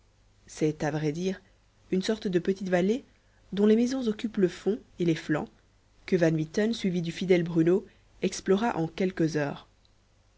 c'est à vrai dire une sorte de petite vallée dont les maisons occupent le fond et les flancs que van mitten suivi du fidèle bruno explora en quelques heures